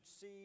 see